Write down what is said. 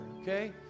okay